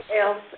else